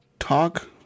Talk